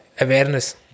awareness